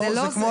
זה כמו